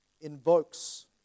invokes